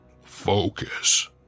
focus